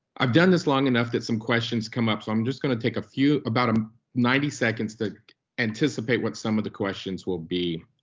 i've done this long enough that some questions come up, so i'm just gonna take a few, about um ninety seconds, to anticipate what some of the questions will be.